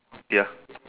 ya